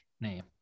name